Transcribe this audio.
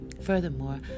Furthermore